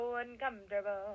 uncomfortable